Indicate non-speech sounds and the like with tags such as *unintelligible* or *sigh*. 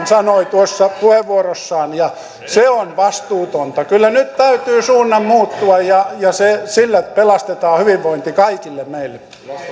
*unintelligible* sanoi tuossa puheenvuorossaan ja se on vastuutonta kyllä nyt täytyy suunnan muuttua ja sillä pelastetaan hyvinvointi meille kaikille